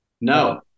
No